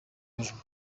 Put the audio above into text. hejuru